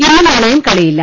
ഇന്നും നാളെയും കളിയില്ല